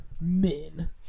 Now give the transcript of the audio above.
Men